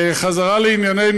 חזרה לענייננו.